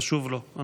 הנושא חשוב לו.